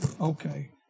Okay